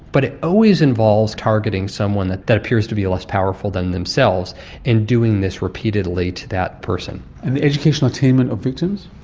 but it always involves targeting someone that that appears to be less powerful than themselves in doing this repeatedly to that person. and the educational attainment of victims?